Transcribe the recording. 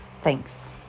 Thanks